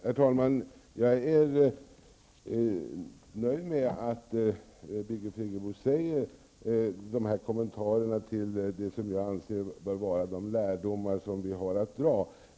Herr talman! Jag nöjd med Birgit Friggebos kommentarer till de lärdomar som jag anser att vi har att dra.